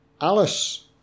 Alice